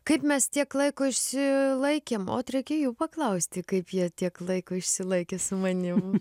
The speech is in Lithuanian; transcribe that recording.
kaip mes tiek laiko išsilaikėm ot reikia jų paklausti kaip jie tiek laiko išsilaikė su manim